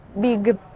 big